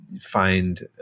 find